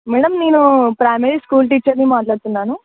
madam నేను primary school టీచర్ని మాట్లాడుతున్నాను